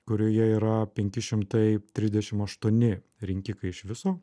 kurioje yra penki šimtai trisdešim aštuoni rinkikai iš viso